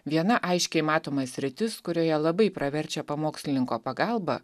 viena aiškiai matoma sritis kurioje labai praverčia pamokslininko pagalba